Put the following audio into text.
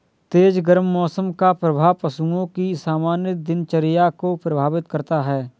तेज गर्म मौसम का प्रभाव पशुओं की सामान्य दिनचर्या को प्रभावित करता है